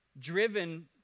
driven